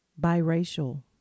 biracial